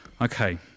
Okay